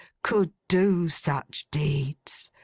could do such deeds.